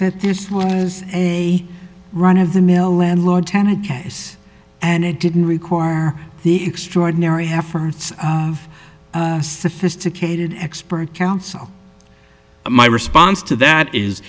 that there's a run of the mill landlord tenant case and it didn't require the extraordinary efforts of a sophisticated expert counsel my response to that is